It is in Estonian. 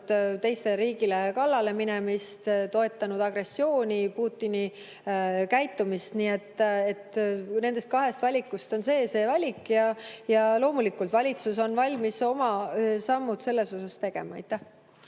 teisele riigile kallale minemist, toetanud agressiooni ja Putini käitumist. Nendest kahest valikust on see [minu] valik ja loomulikult valitsus on valmis oma sammud selles suunas tegema.